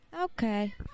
Okay